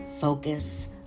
focus